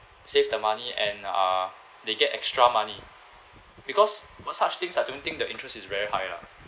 save their money and uh they get extra money because m~ such things I don't think the interest is very high lah